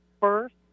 first